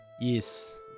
Yes